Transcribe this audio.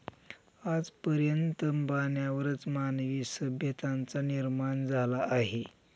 आज पर्यंत पाण्यावरच मानवी सभ्यतांचा निर्माण झाला आहे